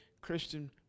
Christian